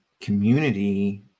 community